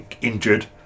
injured